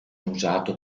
usato